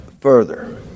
further